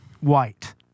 white